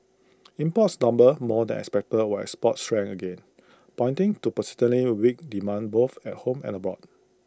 imports tumbled more than expected while exports shrank again pointing to persistently weak demand both at home and abroad